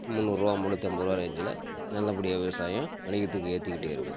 முன்னூறுரூவா முன்னூத்தம்பதுரூவா ரேஞ்சில் நல்லபடியாக விவசாயம் வணிகத்துக்கு ஏற்றிக்கிட்டே இருக்கும்